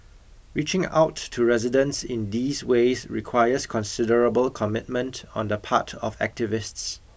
reaching out to residents in these ways requires considerable commitment on the part of activists